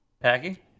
Packy